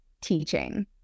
teaching